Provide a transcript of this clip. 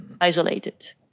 isolated